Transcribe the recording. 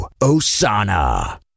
Osana